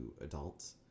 adults